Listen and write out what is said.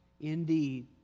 indeed